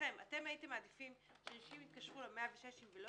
אתם הייתם מעדיפים שאנשים יתקשרו ל-106 ולא